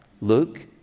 Luke